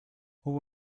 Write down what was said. hubo